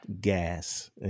gas